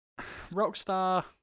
Rockstar